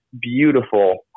beautiful